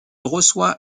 reçoit